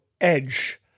edge